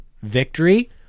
victory